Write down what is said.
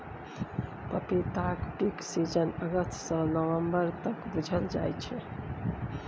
पपीताक peak season अगस्त सँ नबंबर तक बुझल जाइ छै